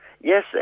Yes